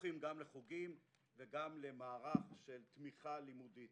זוכים גם לחוגים וגם למערך של תמיכה לימודית.